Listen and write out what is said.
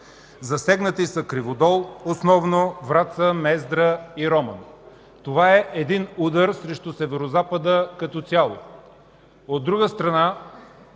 Засегнати са Криводол основно, Враца, Мездра и Роман. Това е удар срещу Северозапада като цяло.